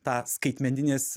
tą skaitmeninės